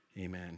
Amen